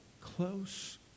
Close